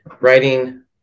writing